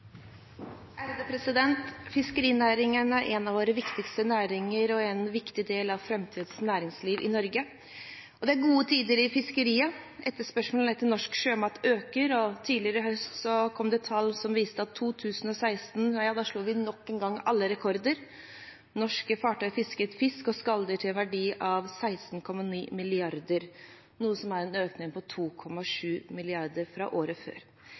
Fiskerinæringen er en av våre viktigste næringer og en viktig del av framtidens næringsliv i Norge. Det er gode tider i fiskeriene. Etterspørselen etter norsk sjømat øker, og tidligere i høst kom det tall som viste at vi i 2016 nok en gang slo alle rekorder. Norske fartøy fisket fisk og skalldyr til en verdi av 16,9 mrd. kr, noe som er en økning på 2,7 mrd. fra året før.